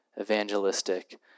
evangelistic